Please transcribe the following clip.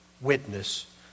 witness